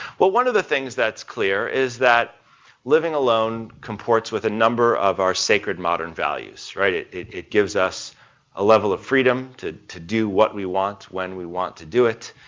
well, one of the things that's clear is that living alone comports with a number of our sacred modern values, right? it it gives us a level of freedom to to do what we want, when we want to do it.